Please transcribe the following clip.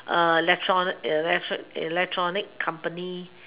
electron~ electric electronic company